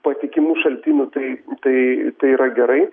patikimų šaltinių tai tai tai yra gerai